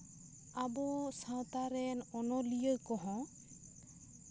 ᱟᱵᱚ ᱥᱟᱶᱛᱟ ᱨᱮᱱ ᱚᱱᱚᱞᱤᱭᱟᱹ ᱠᱚᱦᱚᱸ